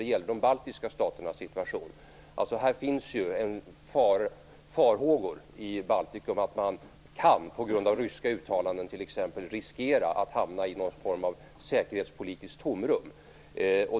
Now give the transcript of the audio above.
Det finns på grund av ryska uttalanden farhågor i Baltikum för att man kan riskera att hamna t.ex. i någon form av säkerhetspolitiskt tomrum.